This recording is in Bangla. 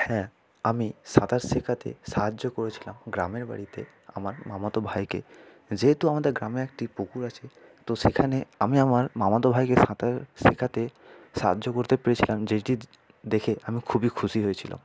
হ্যাঁ আমি সাঁতার শেখাতে সাহায্য করেছিলাম গ্রামের বাড়িতে আমার মামাতো ভাইকে যেহেতু আমাদের গ্রামে একটি পুকুর আছে তো সেখানে আমি আমার মামাতো ভাইকে সাঁতার শেখাতে সাহায্য করতে পেরেছিলাম যেটি দেখে আমি খুবই খুশি হয়েছিলাম